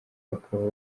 bakaba